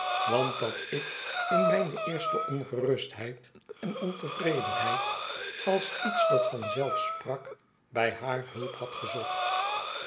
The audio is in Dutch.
want dat ik in mijne eerste ongerustheid en ontevredenheid als iets dat van zelf sprak bij haar hulp had gezocht